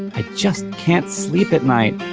i just can't sleep at night.